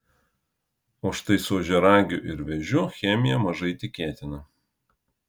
o štai su ožiaragiu ir vėžiu chemija mažai tikėtina